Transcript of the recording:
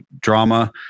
drama